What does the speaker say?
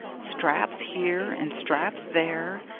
straps here and straps there,